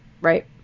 Right